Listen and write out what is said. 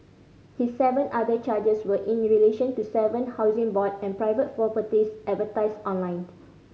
his seven other charges were in the relation to seven Housing Board and private properties advertised online